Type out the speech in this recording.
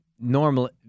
normally